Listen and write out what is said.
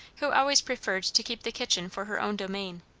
who always preferred to keep the kitchen for her own domain.